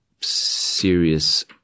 serious